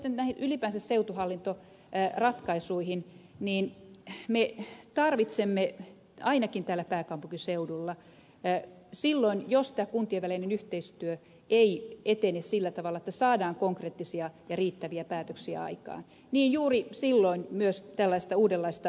mitä tulee sitten ylipäänsä seutuhallintoratkaisuihin niin ainakin täällä pääkaupunkiseudulla juuri silloin jos tämä kuntien välinen yhteistyö ei etene sillä tavalla että saadaan konkreettisia ja riittäviä päätöksiä aikaan me tarvitsemme myös tällaista uudenlaista mallia päätöksentekoon